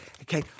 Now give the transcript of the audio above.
Okay